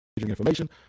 information